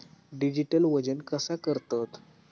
Digital वजन कसा करतत?